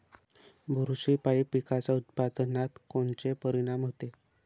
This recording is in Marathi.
बुरशीपायी पिकाच्या उत्पादनात कोनचे परीनाम होते?